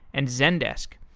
and zendesk.